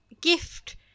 gift